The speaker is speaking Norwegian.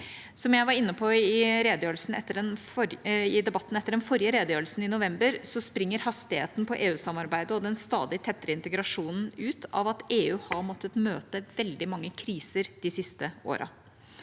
Som jeg var inne på i debatten etter den forrige redegjørelsen, i november, springer hastigheten i EU-samarbeidet og den stadig tettere integrasjonen ut av at EU har måttet møte veldig mange kriser de siste årene.